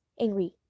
angry